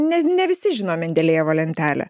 ne ne visi žino mendelejevo lentelę